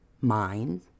mind